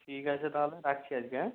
ঠিক আছে তাহলে রাখছি আজকে হ্যাঁ